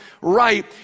right